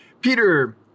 Peter